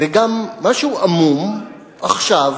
וגם משהו עמום עכשיו,